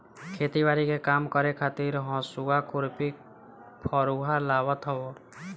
खेती बारी के काम करे खातिर हसुआ, खुरपी, फरुहा लागत हवे